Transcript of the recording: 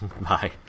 bye